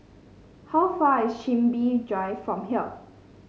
how far is Chin Bee Drive from here